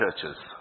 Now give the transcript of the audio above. churches